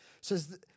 says